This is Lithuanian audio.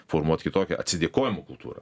formuot kitokią atsidėkojimo kultūrą